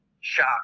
shock